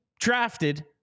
drafted